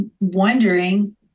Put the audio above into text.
wondering